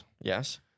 Yes